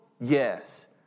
Yes